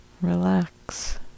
Relax